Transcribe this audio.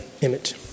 image